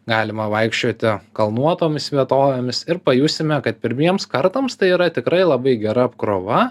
galima vaikščioti kalnuotomis vietovėmis ir pajusime kad pirmiems kartams tai yra tikrai labai gera apkrova